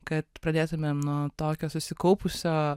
kad pradėtumėm nuo tokio susikaupusio